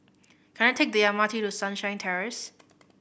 can I take the M R T to Sunshine Terrace